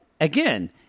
again